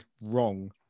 wrong